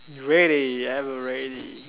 ready ever ready